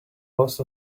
most